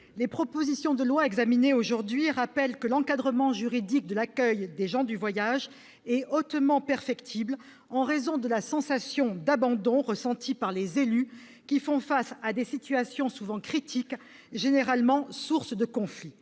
les propositions de loi examinées aujourd'hui rappellent que l'encadrement juridique de l'accueil des gens du voyage est hautement perfectible, en raison de la sensation d'abandon ressentie par les élus, qui font face à des situations souvent critiques, généralement sources de conflits.